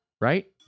right